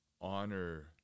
Honor